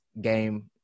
game